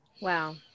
Wow